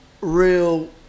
real